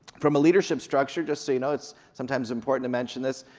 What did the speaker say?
from a leadership structure, just so you know, it's sometimes important to mention this.